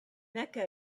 mecca